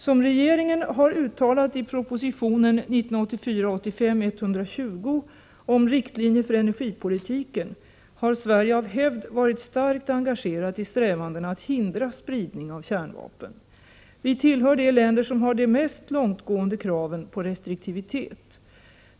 Som regeringen har uttalat i propositionen om riktlinjer för energipolitiken har Sverige av hävd varit starkt engagerat i strävandena att hindra spridning av kärnvapen. Vi tillhör de länder som har de mest långtgående kraven på restriktivitet.